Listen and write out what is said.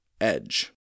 edge